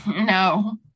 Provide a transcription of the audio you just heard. No